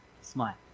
smile